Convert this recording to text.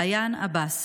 ביאן עבאס,